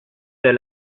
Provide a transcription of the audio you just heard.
der